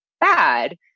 bad